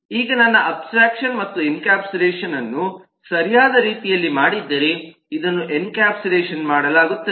ಈಗ ನಾನು ನನ್ನ ಅಬ್ಸ್ಟ್ರಾಕ್ಷನ್ ಮತ್ತು ಎನ್ಕ್ಯಾಪ್ಸುಲೇಷನ್ ಅನ್ನು ಸರಿಯಾದ ರೀತಿಯಲ್ಲಿ ಮಾಡಿದ್ದರೆ ಇದನ್ನು ಎನ್ಕ್ಯಾಪ್ಸುಲೇಟೆಡ್ ಮಾಡಲಾಗುತ್ತದೆ